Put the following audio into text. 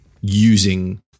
using